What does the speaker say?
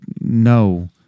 no